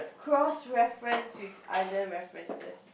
cross reference with other references